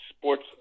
Sports